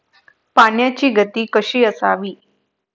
पाण्याची गती कशी असावी?